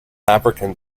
african